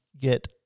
get